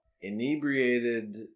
inebriated